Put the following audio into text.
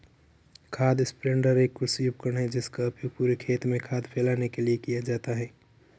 खाद स्प्रेडर एक कृषि उपकरण है जिसका उपयोग पूरे खेत में खाद फैलाने के लिए किया जाता है